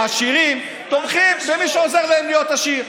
העשירים תומכים במי שעוזר להם להיות עשיר.